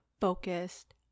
focused